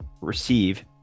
receive